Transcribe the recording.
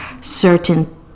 certain